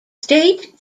state